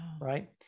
right